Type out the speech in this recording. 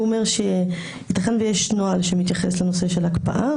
הוא אומר שייתכן שיש נוהל שמתייחס לנושא של הקפאה,